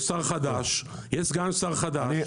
יש שר חדש, יש סגן שר חדש.